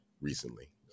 recently